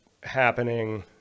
happening